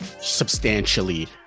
substantially